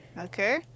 Okay